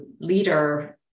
leader